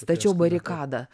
stačiau barikadą